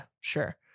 sure